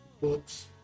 books